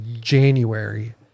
January